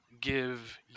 give